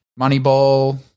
Moneyball